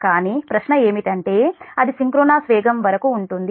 కానీ ప్రశ్న ఏమిటంటే అది సింక్రోనస్ వేగం వరకు వరకు ఉంటుంది